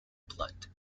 blood